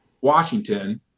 Washington